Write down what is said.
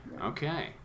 Okay